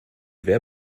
wer